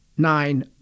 Nine